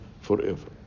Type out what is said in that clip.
forever